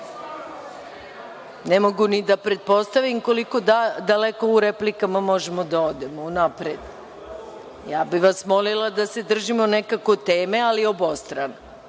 Ne mogu ni da pretpostavim koliko daleko u replikama možemo da odemo. Ja bih vas molila da se držimo nekako teme, ali obostrano.